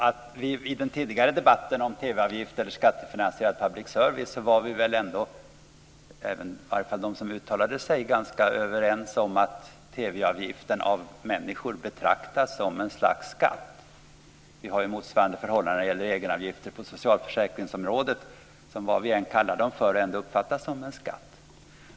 Fru talman! I den tidigare debatten om TV avgifter och skattefinansierad public service var vi ändå - i varje fall de som uttalade sig - ganska överens om att TV-avgiften av människor betraktas som ett slags skatt. Vi har motsvarande förhållande när det gäller egenavgifter på socialförsäkringsområdet, som vad vi än kallar dem för ändå uppfattas som en skatt.